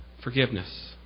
forgiveness